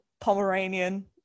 Pomeranian